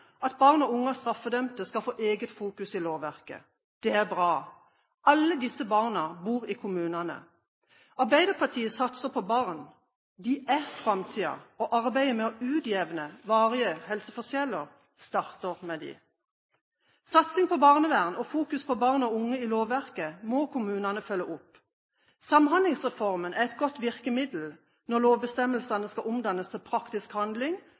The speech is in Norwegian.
at barn og unge av straffedømte skal få eget fokus i lovverket. Det er bra. Alle disse barna bor i kommunene. Arbeiderpartiet satser på barn – de er framtida – og arbeidet med å utjevne varige helseforskjeller starter med dem. Satsing på barnevern og fokus på barn og unge i lovverket må kommunene følge opp. Samhandlingsreformen er et godt virkemiddel når lovbestemmelsene skal omdannes til praktisk handling,